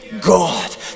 God